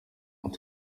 reka